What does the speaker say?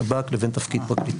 שב"כ לבין פרקליטות.